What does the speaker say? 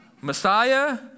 Messiah